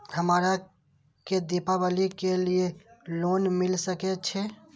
हमरा के दीपावली के लीऐ लोन मिल सके छे?